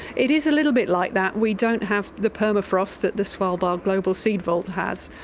it is a little bit like that. we don't have the permafrost that the svalbard global seed vault has,